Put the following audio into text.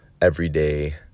everyday